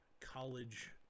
college